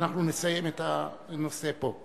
שנסיים את הנושא פה.